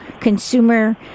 consumer